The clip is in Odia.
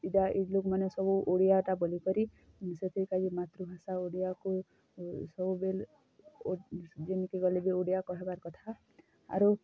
ଲୋକମାନେ ସବୁ ଓଡ଼ିଆଟା ବୋଲିକରି ସେଥିପାଇଁ ମାତୃଭାଷା ଓଡ଼ିଆକୁ ସବୁବେଲେ ଜେନିକି ଗଲେ ବି ଓଡ଼ିଆ କହିବା କଥା ଆରୁ